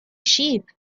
sheep